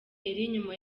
nyuma